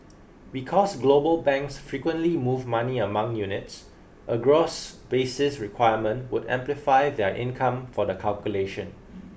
because global banks frequently move money among units a gross basis requirement would amplify their income for the calculation